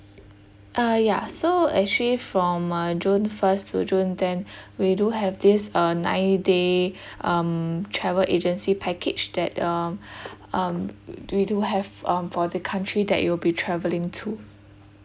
uh ya so actually from uh june first to june tenth we do have this uh nine day um travel agency package that um um we do have um for the country that you'll be travelling to